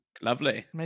Lovely